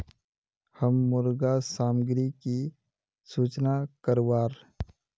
हम मुर्गा सामग्री की सूचना करवार?